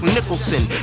Nicholson